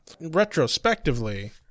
Retrospectively